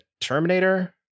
Terminator